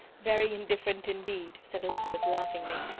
very indifferent indeed, said elizabeth, laughingly.